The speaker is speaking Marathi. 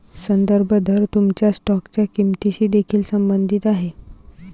संदर्भ दर तुमच्या स्टॉकच्या किंमतीशी देखील संबंधित आहे